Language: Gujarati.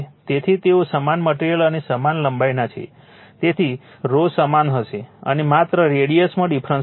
તેથી તેઓ સમાન મટેરીઅલ અને સમાન લંબાઈના છે તેથી rho સમાન રહેશે અને માત્ર રેડિયસ માં ડિફ્રન્સ હશે